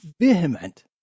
vehement